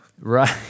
Right